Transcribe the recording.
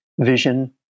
vision